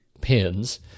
pins